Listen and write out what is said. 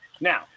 Now